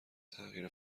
تغییر